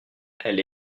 elle